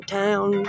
town